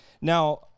Now